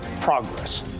progress